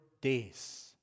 days